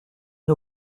une